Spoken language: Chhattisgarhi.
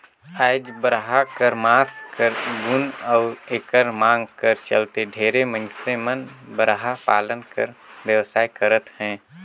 आएज बरहा कर मांस कर गुन अउ एकर मांग कर चलते ढेरे मइनसे मन बरहा पालन कर बेवसाय करत अहें